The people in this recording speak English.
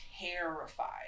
terrified